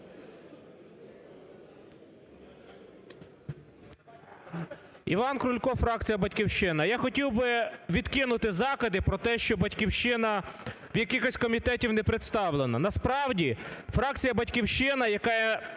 Іван Крулько, фракція "Батьківщина". Я хотів би відкинути закиди про те, що "Батьківщина" в якихось комітетах не представлена. Насправді фракція "Батьківщина", яке